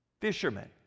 fishermen